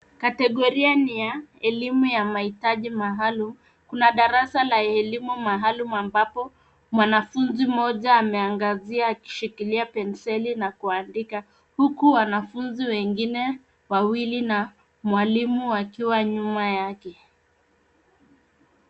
Kategoria ni ya elimu ya mahitaji maalum. Kuna darasa la elimu maalum ambapo mwanafunzi mmoja ameangazia akishikilia penseli na kuandika, huku wanafunzi wengine wawili na mwalimu wakiwa nyuma yake.